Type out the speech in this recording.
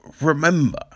remember